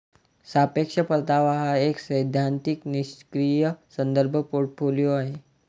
सापेक्ष परतावा हा एक सैद्धांतिक निष्क्रीय संदर्भ पोर्टफोलिओ आहे